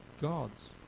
gods